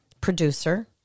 producer